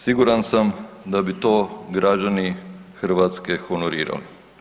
Siguran sam da bi to građani Hrvatske honorirali.